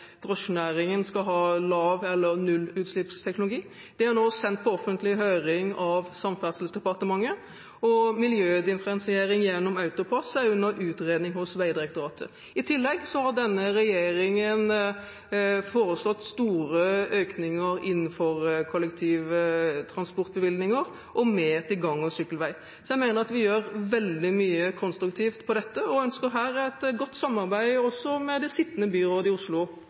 drosjenæringen skal ha lavutslipps- eller nullutslippsteknologi. Det er nå sendt på offentlig høring av Samferdselsdepartementet. Miljødifferensiering gjennom AutoPASS er under utredning hos Vegdirektoratet. I tillegg har denne regjeringen foreslått store økninger innenfor kollektivtransportbevilgninger og mer til gang- og sykkelvei. Så jeg mener at vi gjør veldig mye konstruktivt når det gjelder dette, og ønsker her et godt samarbeid også med det sittende byrådet i Oslo